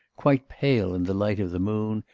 quite pale in the light of the moon,